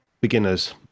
beginner's